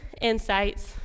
insights